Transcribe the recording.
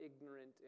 ignorant